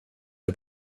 der